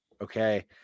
Okay